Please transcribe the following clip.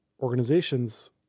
organizations